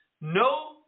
no